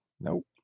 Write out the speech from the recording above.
Nope